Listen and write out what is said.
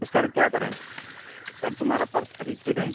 तो सर क्या करें सर तुम्हारा पर्स खरीद कर दें